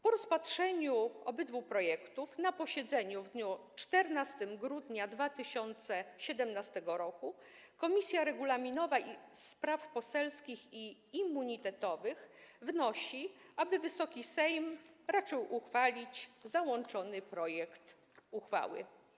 Po rozpatrzeniu obydwu projektów na posiedzeniu w dniu 14 grudnia 2017 r. Komisja Regulaminowa, Spraw Poselskich i Immunitetowych wnosi, aby Wysoki Sejm raczył uchwalić załączony projekt uchwały.